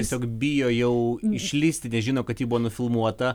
tiesiog bijo jau išlįsti nežino kad ji buvo nufilmuota